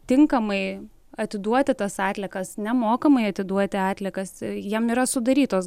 tinkamai atiduoti tas atliekas nemokamai atiduoti atliekas jiem yra sudarytos